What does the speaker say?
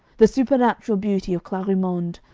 the supernatural beauty of clarimonde,